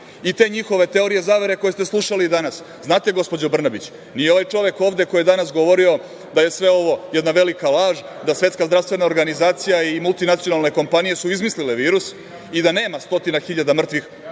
i te njihove teorije zavere koje ste slušali danas. Znate, gospođo Brnabić, nije ovaj čovek ovde koji je danas govorio da je sve ovo jedna velika laž, da su Svetska zdravstvena organizacija i multinacionalne kompanije izmislile virus i da nema stotina hiljada mrtvih,